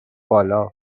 بالا